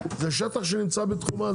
זה שטח שנמצא בתחומה.